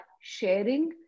sharing